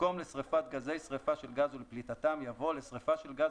במקום "לשריפת גזי שריפה של גז ולפליטתם" יבוא "לשרפה של גז